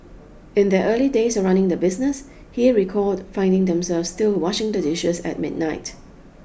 in their early days of running the business he recalled finding themselves still washing the dishes at midnight